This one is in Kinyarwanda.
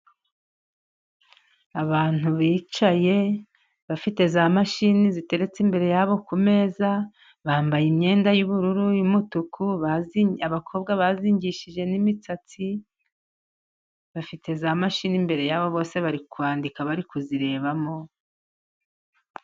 Abantu bicaye bafite za mashini ziteretse imbere yabo kumeza, bambaye imyenda y'ubururu n'umutuku bazingishije n'imisatsi, bafite za mashini imbere yabo bose bari kwandika bari kuzirebamo.